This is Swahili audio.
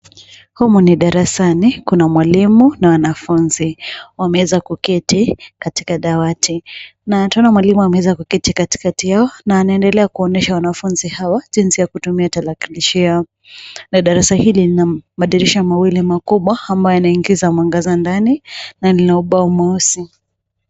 Humu ni darasani kuna mwalimu na wanafunzi, wameweza kuketi katika dawati. Na tunaona mwalimu ameweza kuketi katikati yao na anaendelea kuonyesha wanafunzi hawa jinsi ya kutumia tarakilishi yao. Na darasa hili lina madirisha mawili makubwa ambayo yanaingiza mwangaza ndani na lina ubao mweusi.